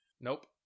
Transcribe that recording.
nope